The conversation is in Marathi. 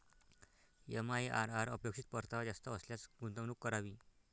एम.आई.आर.आर अपेक्षित परतावा जास्त असल्यास गुंतवणूक करावी